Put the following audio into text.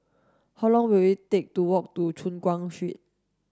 how long will it take to walk to Choon Guan Street